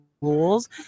rules